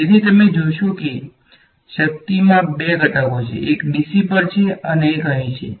તેથી તમે જોશો કે શક્તિમાં 2 ઘટકો છે એક ડીસી પર છે અને એક અહીં છે